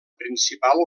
principal